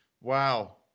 wow